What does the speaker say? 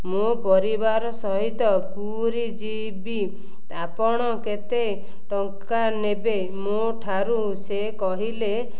ମୋ ପରିବାର ସହିତ ପୁରୀ ଯିବି ଆପଣ କେତେ ଟଙ୍କା ନେବେ ମୋ ଠାରୁ ସେ କହିଲେ